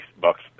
bucks